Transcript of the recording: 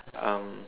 um